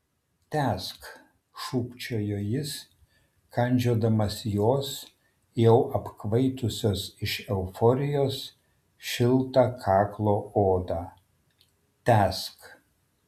tęsk šūkčiojo jis kandžiodamas jos jau apkvaitusios iš euforijos šiltą kaklo odą tęsk